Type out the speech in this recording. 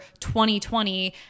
2020